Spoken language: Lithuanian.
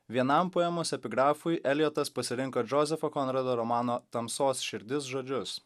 vienam poemos epigrafui eljotas pasirinko džozefo konrado romano tamsos širdis žodžius